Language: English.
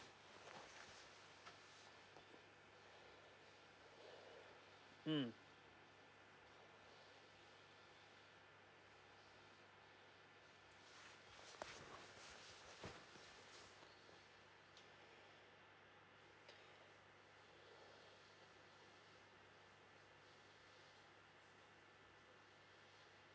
mm